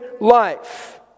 life